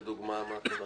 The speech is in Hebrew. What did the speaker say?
לדוגמה, מה הכוונה?